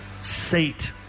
sate